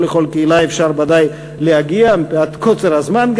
לא לכל קהילה ודאי אפשר להגיע מפאת קוצר הזמן,